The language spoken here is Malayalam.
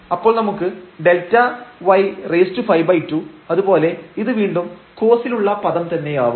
അപ്പോൾ നമുക്ക് Δy52 അതുപോലെ ഇത് വീണ്ടും cos ലുള്ള പദം തന്നെയാവും